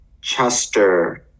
Chester